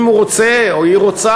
אם הוא רוצה או היא רוצה,